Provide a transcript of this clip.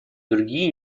другие